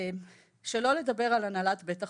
שלא נדבר על הנהלת בית החולים,